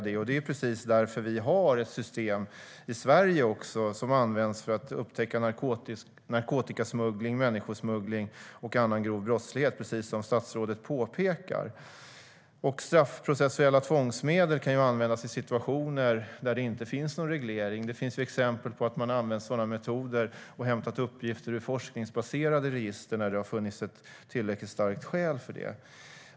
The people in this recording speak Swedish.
Det är precis därför vi har ett system i Sverige som används för att upptäcka narkotikasmuggling, människosmuggling och annan grov brottslighet, precis som statsrådet påpekar. Straffprocessuella tvångsmedel kan användas i situationer där det inte finns någon reglering. Det finns exempel på att man har använt sådana metoder och hämtat uppgifter ur forskningsbaserade register när det har funnits ett tillräckligt starkt skäl för det.